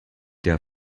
der